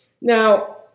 Now